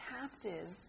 captive